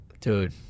Dude